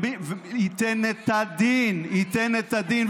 ייתן את הדין, ייתן את הדין.